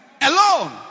alone